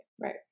Right